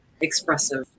expressive